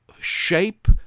shape